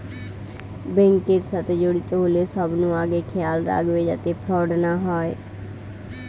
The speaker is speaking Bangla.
বেঙ্ক এর সাথে জড়িত হলে সবনু আগে খেয়াল রাখবে যাতে ফ্রড না হয়